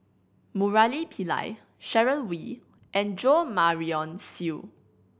Murali Pillai Sharon Wee and Jo Marion Seow